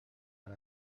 per